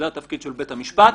התפקיד של בית המשפט.